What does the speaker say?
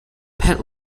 pet